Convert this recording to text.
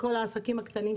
כל העסקים הקטנים,